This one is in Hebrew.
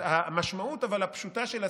אבל המשמעות הפשוטה של הסעיף,